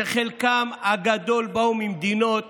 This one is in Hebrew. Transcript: שחלקם הגדול באו ממדינות